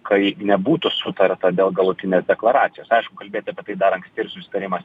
kai nebūtų sutarta dėl galutinės deklaracijos aišku kalbėti apie tai dar anksti ir susitarimas